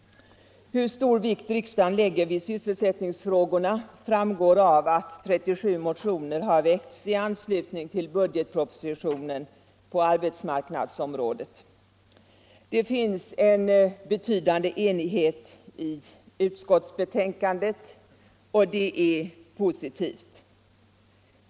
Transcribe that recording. Hur stor vikt riksdagen lägger vid sysselsättningsfrågorna framgår av att 37 motioner har väckts i anslutning till budgetpropositionen på arbetsmarknadsområdet. Det finns en betydande enighet i utskottsbetän kandet, och den är något positivt.